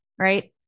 right